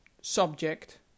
subject